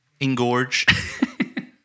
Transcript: engorge